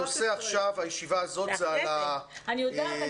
הנושא עכשיו בישיבה הזאת זה על ה --- אני יודעת,